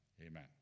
amen